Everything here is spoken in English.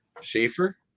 Schaefer